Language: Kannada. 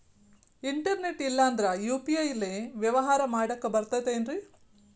ಇಂಟರ್ನೆಟ್ ಇಲ್ಲಂದ್ರ ಯು.ಪಿ.ಐ ಲೇ ವ್ಯವಹಾರ ಮಾಡಾಕ ಬರತೈತೇನ್ರೇ?